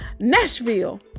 Nashville